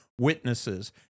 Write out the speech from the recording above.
witnesses